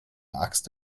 axt